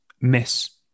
miss